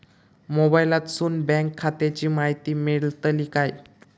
मोबाईलातसून बँक खात्याची माहिती मेळतली काय?